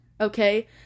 Okay